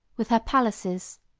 with her palaces,